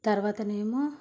తరువాత ఏమో